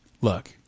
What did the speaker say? look